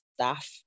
staff